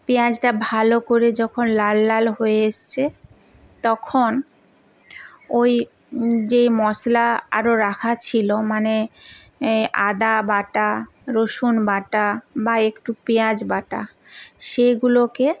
পেঁয়াজটা ভালো করে যখন লাল লাল হয়ে এসছে তখন ওই যেই মশলা আরো রাখা ছিলো মানে আদা বাটা রসুন বাটা বা একটু পেঁয়াজ বাটা সেগুলোকে